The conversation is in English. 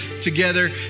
together